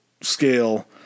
scale